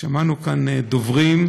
שמענו כאן דוברים.